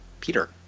peter